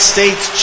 States